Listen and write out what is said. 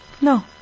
No